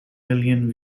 million